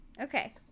Okay